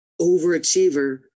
overachiever